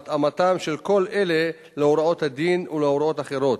התאמתם של כל אלה להוראות הדין ולהוראות אחרות,